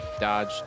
dodge